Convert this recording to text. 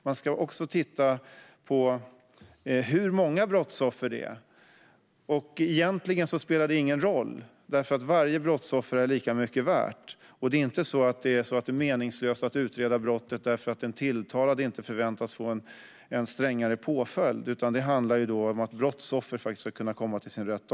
Man ska också titta på hur många brottsoffer som finns. Egentligen spelar det ingen roll - varje brottsoffer är ju lika mycket värt. Det är heller inte så att det är meningslöst att utreda brottet därför att den tilltalade inte förväntas få en strängare påföljd, utan det handlar om att också brottsoffer ska kunna få sin rätt.